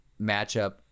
matchup